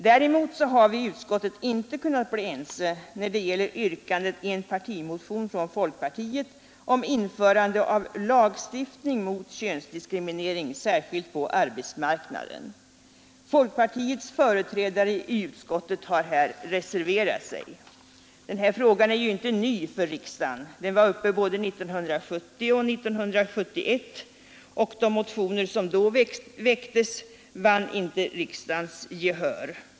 Däremot har vi i utskottet inte kunnat bli ense när det gäller yrkandet i en partimotion från folkpartiet om införande av lagstiftning mot könsdiskriminering, särskilt på arbetsmarknaden. Folkpartiets företrädare i utskottet har här reserverat sig. Denna fråga är inte ny för riksdagen. Den var uppe både 1970 och 1971. De motioner som då väcktes vann inte riksdagens gehör.